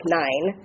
nine